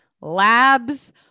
labs